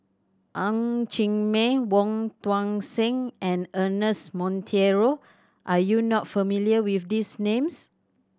Ng Chee Meng Wong Tuang Seng and Ernest Monteiro are you not familiar with these names